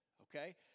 okay